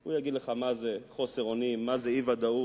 הוא יגיד לך מה זה חוסר אונים, מה זה אי-ודאות,